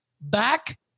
back